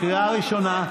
לקריאה ראשונה,